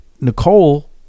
Nicole